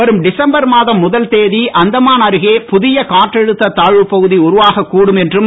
வரும் டிசம்பர் மாதம் முதல் தேதி அந்தமான் அருகே புதிய காற்றழுத்த தாழ்வு பகுதி உருவாகக் கூடும் என்றும்